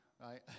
Right